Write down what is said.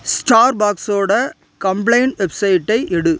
ஸ்டார்பாக்ஸோட complaint வெப்சைட்டை எடு